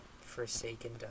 forsaken